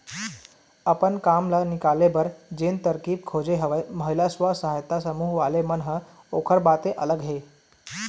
अपन काम ल निकाले बर जेन तरकीब खोजे हवय महिला स्व सहायता समूह वाले मन ह ओखर बाते अलग हे